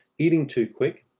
eating too quick,